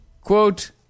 Quote